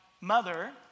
mother